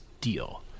deal